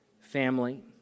Family